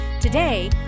Today